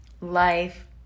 Life